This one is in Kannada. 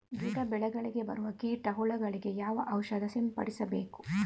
ಗಿಡ, ಬೆಳೆಗಳಿಗೆ ಬರುವ ಕೀಟ, ಹುಳಗಳಿಗೆ ಯಾವ ಔಷಧ ಸಿಂಪಡಿಸಬೇಕು?